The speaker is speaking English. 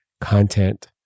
content